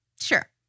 sure